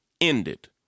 ended